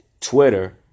Twitter